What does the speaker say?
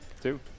two